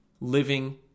living